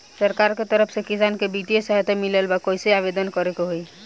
सरकार के तरफ से किसान के बितिय सहायता मिलत बा कइसे आवेदन करे के होई?